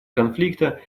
конфликта